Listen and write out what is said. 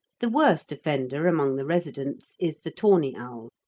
the worst offender among the residents is the tawny owl,